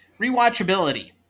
Rewatchability